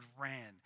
ran